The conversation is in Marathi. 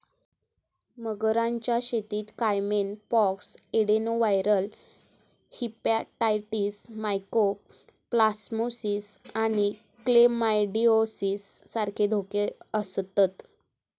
मगरांच्या शेतीत caiman pox, adenoviral hepatitis, mycoplasmosis आणि क्लेमायडिओसिस सारखे धोके आसतत